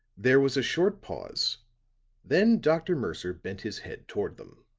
there was a short pause then dr. mercer bent his head toward them.